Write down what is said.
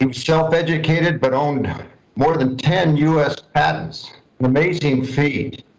um self educated but owned more than ten u s. patents, an amazing feed.